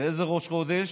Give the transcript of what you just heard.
ואיזה ראש חודש,